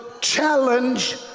challenge